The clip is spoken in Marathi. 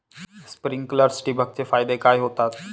स्प्रिंकलर्स ठिबक चे फायदे काय होतात?